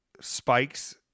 spikes